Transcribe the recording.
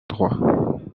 droit